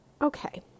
Okay